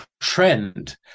trend